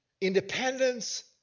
independence